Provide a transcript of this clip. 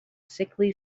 sickly